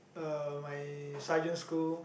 uh my sergeant school